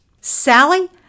Sally